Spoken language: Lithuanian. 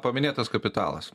paminėtas kapitalas